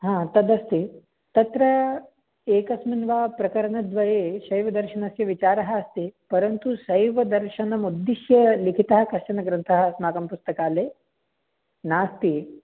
हा तदस्ति तत्र एकस्मिन् वा प्रकरणद्वये शैवदर्शनस्य विचारः अस्ति परन्तु शैवदर्शनमुद्धिश्य लिखितः कश्चन ग्रन्थः अस्माकं पुस्तकालये नास्ति